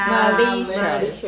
malicious